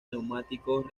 neumáticos